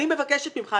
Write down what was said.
אני מבקשת ממך,